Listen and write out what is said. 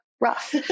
rough